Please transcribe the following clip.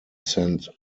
sent